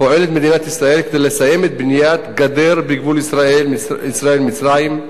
פועלת מדינת ישראל כדי לסיים את בניית הגדר בגבול ישראל מצרים,